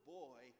boy